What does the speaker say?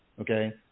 Okay